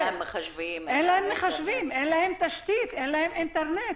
אין להם מחשבים, אין להם תשתית, אין להם אינטרנט.